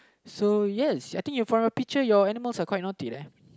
so yes I think you from your picture your animals are quite naughty uh